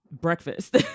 breakfast